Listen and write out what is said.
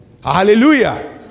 Hallelujah